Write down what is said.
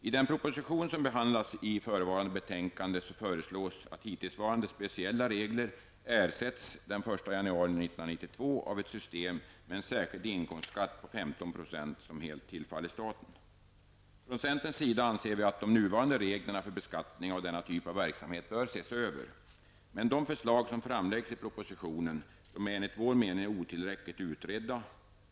I den proposition som behandlas i förevarande betänkande föreslås att hittillsvarande speciella regler den 1 januari 1992 ersätts av ett system med en särskild inomstskatt på 15 %, som helt tillfaller staten. Från centerns sida anser vi att de nuvarande reglerna för beskattning av denna typ av verksamhet bör ses över. Men de förslag som framläggs i propositionen är enligt vår mening otillräckligt utredda.